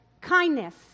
Kindness